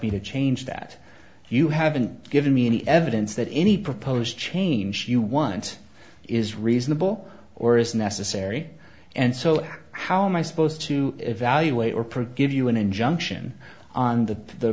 me to change that you haven't given me any evidence that any proposed change you want is reasonable or is necessary and so how am i supposed to evaluate or pro give you an injunction on the